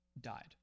died